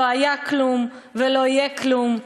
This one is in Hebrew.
לא היה כלום ולא יהיה כלום.